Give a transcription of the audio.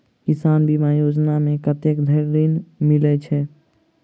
किसान बीमा योजना मे कत्ते धरि ऋण मिलय छै?